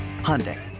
Hyundai